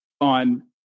on